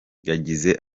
yagize